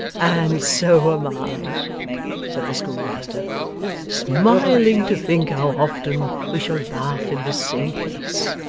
and so am i said the schoolmaster smiling to think how often we shall laugh in this same place.